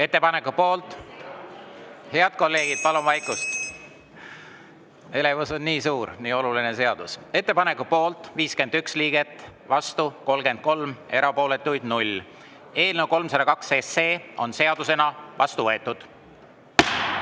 Ettepaneku poolt … Head kolleegid, palun vaikust! Elevus on nii suur, nii oluline seadus. Ettepaneku poolt on 51 liiget, vastu 33, erapooletuid 0. Eelnõu 302 on seadusena vastu võetud.